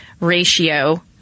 ratio